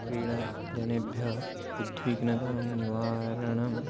क्रीडा जनेभ्यः उद्विग्नतानिवारणं